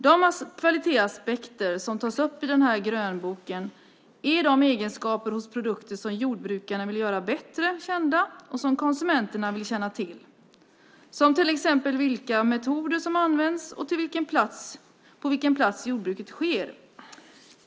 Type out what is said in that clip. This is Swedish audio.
De kvalitetsaspekter som tas upp i den här grönboken är de egenskaper hos produkter som jordbrukare vill göra bättre kända och som konsumenterna vill känna till, till exempel vilka metoder som använts och på vilken plats jordbruket sker.